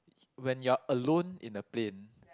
when you are alone in a plane